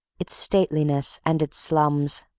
its stateliness and its slums.